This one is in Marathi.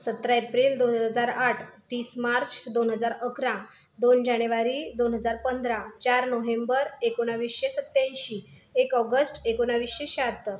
सतरा एप्रिल दोन हजार आठ तीस मार्च दोन हजार अकरा दोन जानेवारी दोन हजार पंधरा चार नोव्हेंबर एकोणावीसशे सत्त्याऐंशी एक ऑगस्ट एकोणवीसशे शहात्तर